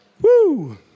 Woo